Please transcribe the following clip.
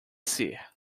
ser